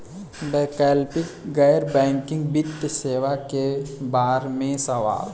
वैकल्पिक गैर बैकिंग वित्तीय सेवा के बार में सवाल?